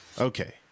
Okay